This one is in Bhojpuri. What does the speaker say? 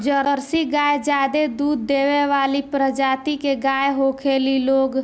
जर्सी गाय ज्यादे दूध देवे वाली प्रजाति के गाय होखेली लोग